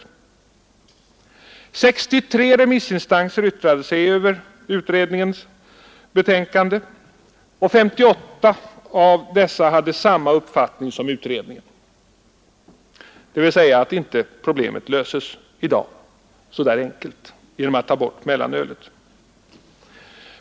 Av de 63 remissinstanser som yttrat sig över utredningens betänkande hade 58 samma uppfattning som utredningen, dvs. att problemet inte löses i dag så enkelt som genom att bara ta bort mellanölet.